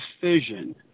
fission